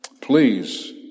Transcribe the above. Please